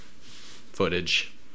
footage